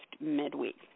midweek